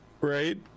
Right